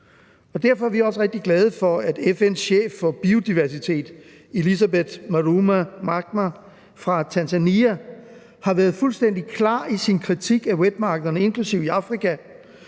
derfor er vi også rigtig glade for, at FN's chef for biodiversitet Elizabeth Maruma Mrema fra Tanzania har været fuldstændig klar i sin kritik af vådmarkederne inklusive dem i Afrika